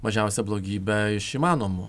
mažiausią blogybę iš įmanomų